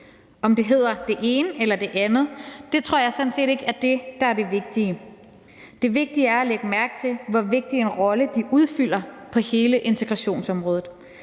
Om det hedder det ene eller det andet tror jeg sådan set ikke er det, der er det vigtige. Det vigtige er at lægge mærke til, hvor vigtig en rolle de udfylder på hele integrationsområdet.